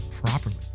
properly